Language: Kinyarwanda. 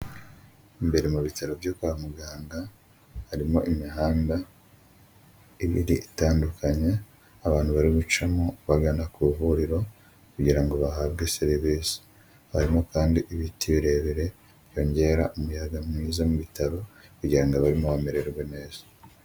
Imbere mu bitaro byo kwa muganga, harimo imihanda ibiri itandukanye, abantu bari gucamo bagana ku ivuriro kugira ngo bahabwe serivisi, harimo kandi ibiti birebire byongera umuyaga mwiza mu bitaro kugira ngo abarimo bamererwe neza.